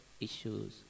issues